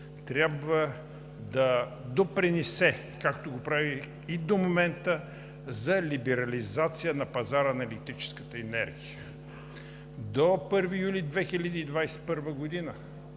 трябва да допринесе, както го прави и до момента за либерализация на пазара на електрическата енергия. До 1 юли 2021 г.